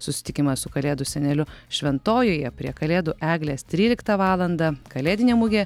susitikimas su kalėdų seneliu šventojoje prie kalėdų eglės tryliktą valandą kalėdinė mugė